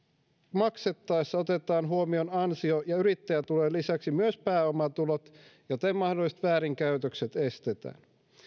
maksettaessa otetaan huomioon ansio ja yrittäjätulojen lisäksi myös pääomatulot joten mahdolliset väärinkäytökset estetään